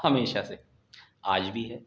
ہمیشہ سے آج بھی ہے